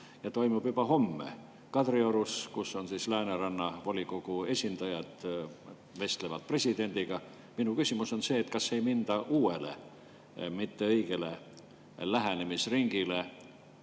ja toimub juba homme Kadriorus, kus on Lääneranna [valla] volikogu esindajad, kes vestlevad presidendiga. Minu küsimus on see, et kas ei minda uuele mitteõigele lähenemisringile.